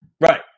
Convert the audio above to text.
Right